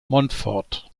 montfort